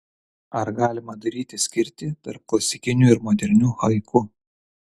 ar galima daryti skirtį tarp klasikinių ir modernių haiku